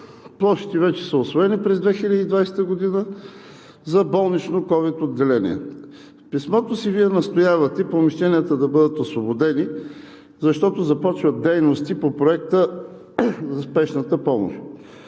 площите вече са усвоени през 2020 г. за болнично ковид отделение. В писмото си Вие настоявате помещенията да бъдат освободени, защото започват дейности по проекта за Спешната помощ.